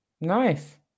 Nice